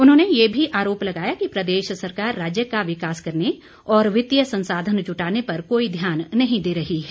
उन्होंने ये भी आरोप लगाया कि प्रदेश सरकार राज्य का विकास करने और वित्तीय संसाधन जुटाने पर कोई ध्यान नहीं दे रही है